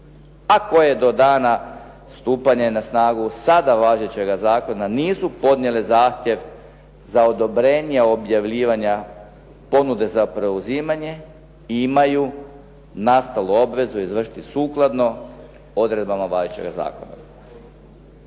koje je do dana stupanja na snagu sada važećega zakona nisu podnijele zahtjev za odobrenje objavljivanja ponude za preuzimanje i imaju nastalu obvezu izvršiti sukladno odredbama važećega zakona.